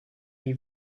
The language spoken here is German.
die